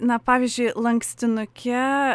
na pavyzdžiui lankstinuke